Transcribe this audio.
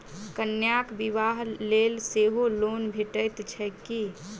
कन्याक बियाह लेल सेहो लोन भेटैत छैक की?